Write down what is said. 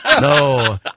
No